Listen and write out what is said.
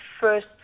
first